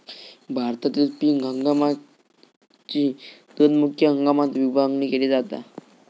भारतातील पीक हंगामाकची दोन मुख्य हंगामात विभागणी केली जाता